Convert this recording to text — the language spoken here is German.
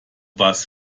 was